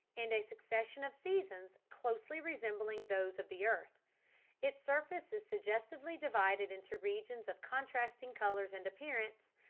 and a succession of seasons closely resembling those of the earth its surface is suggestively divided into regions of contrasting colors and appearance,